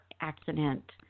accident